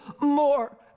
more